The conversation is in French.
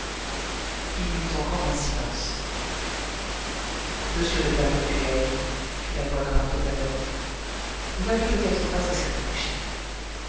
il y eut encore un silence monsieur le perpétuel fit la voix grave de babette vous n'avez peut-être pas assez réfléchi